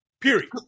Period